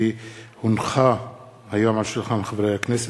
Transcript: כי הונחה היום על שולחן הכנסת,